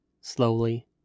slowly